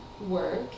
work